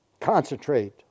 Concentrate